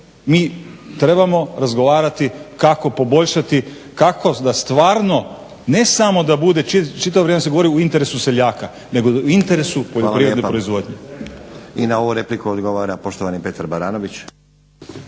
mi trebamo razgovarati kako poboljšati, kako da stvarno ne samo da bude, čitavo vrijeme se govori u interesu seljaka, nego u interesu poljoprivredne proizvodnje. **Stazić, Nenad (SDP)** Hvala lijepa. I na ovu repliku odgovara poštovani Petar Baranović.